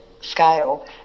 scale